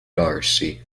darcy